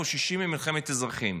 חוששים ממלחמת אזרחים?